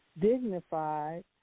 dignified